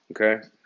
okay